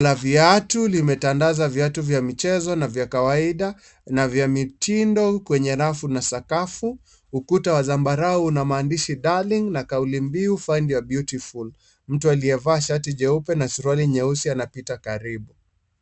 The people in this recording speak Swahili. Duka la viatu limetandaza viatu vya michezo na vya kawaida na vya mitindo kwenye rafu na sakafu. Ukuta wa zambarau una maandishi Darling na kaulimbiu Find your beautiful . Mtu aliyevaa shati jeupe na suruali nyeusi anapita karibu.